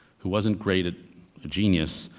who wasn't great at genius,